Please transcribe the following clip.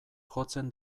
jotzen